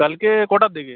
কালকে কটার দিকে